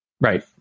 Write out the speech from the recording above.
Right